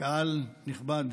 קהל נכבד,